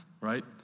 Right